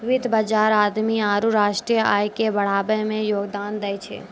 वित्त बजार आदमी आरु राष्ट्रीय आय के बढ़ाबै मे योगदान दै छै